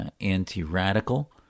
anti-radical